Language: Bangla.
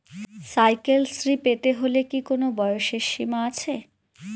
সাইকেল শ্রী পেতে হলে কি কোনো বয়সের সীমা আছে?